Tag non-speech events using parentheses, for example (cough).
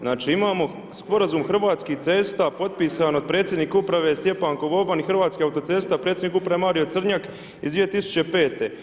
Znači imamo sporazum Hrvatskih cesta potpisan od predsjednika Uprave Stjepan … (unintelligible) i Hrvatskih autocesta, predsjedniku uprave Mariju Crnjak iz 2005.